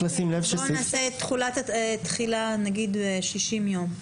אז בואו נעשה תחילה, נניח, של 60 יום.